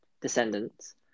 Descendants